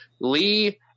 Lee